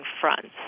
fronts